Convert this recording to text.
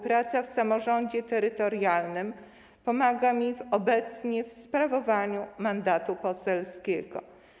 Praca w samorządzie terytorialnym pomaga mi obecnie w sprawowaniu mandatu poselskiego.